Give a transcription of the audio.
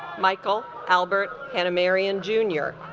michael albert and a marion junior